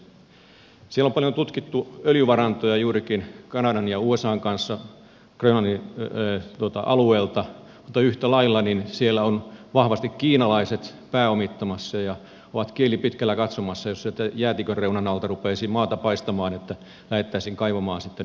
siellä grönlannin alueella on paljon tutkittu öljyvarantoja juurikin kanadan ja usan kanssa mutta yhtä lailla siellä ovat vahvasti kiinalaiset pääomittamassa ja he ovat kieli pitkällä katsomassa jos sieltä jäätikön reunan alta rupeaisi maata paistamaan että lähdettäisiin kaivamaan sitten näitä mineraaleja